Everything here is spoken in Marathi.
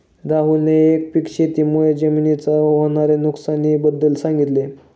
राहुलने एकपीक शेती मुळे जमिनीच्या होणार्या नुकसानी बद्दल सांगितले